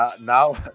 now